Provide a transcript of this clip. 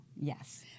yes